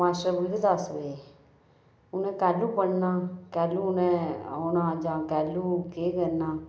master पुजदे दस बजे उनें काह्लु पढ़ना काह्लु उनें औना जां काह्लु केह् करना